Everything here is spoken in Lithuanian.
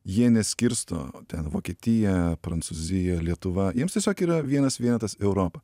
jie neskirsto ten vokietija prancūzija lietuva jiems tiesiog yra vienas vienetas europa